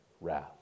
wrath